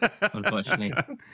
unfortunately